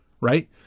right